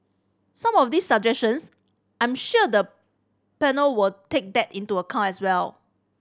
some of these suggestions I'm sure the panel will take that into account as well